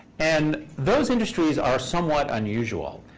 and those industries are somewhat unusual.